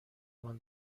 مان